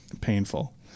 painful